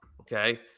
okay